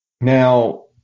Now